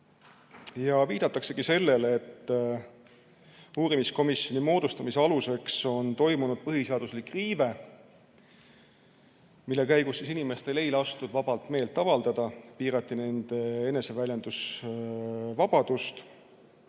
Viidati sellele, et uurimiskomisjoni moodustamise aluseks on toimunud põhiseaduslik riive, kui inimestel ei lastud vabalt meelt avaldada ja piirati nende eneseväljendusvabadust.